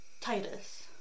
Titus